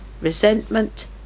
resentment